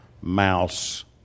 mouse